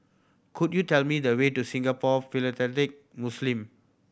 could you tell me the way to Singapore Philatelic Muslim